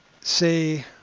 say